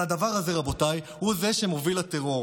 הדבר הזה, רבותיי, הוא זה שמוביל לטרור,